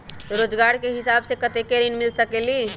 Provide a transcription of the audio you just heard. रोजगार के हिसाब से कतेक ऋण मिल सकेलि?